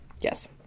Yes